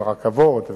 של רכבות,